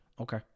Okay